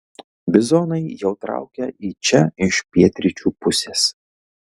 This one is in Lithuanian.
bizonai jau traukia į čia iš pietryčių pusės